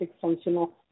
functional